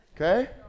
Okay